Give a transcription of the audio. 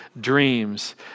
dreams